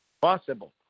possible